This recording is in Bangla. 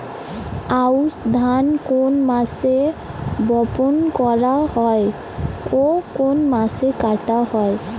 আউস ধান কোন মাসে বপন করা হয় ও কোন মাসে কাটা হয়?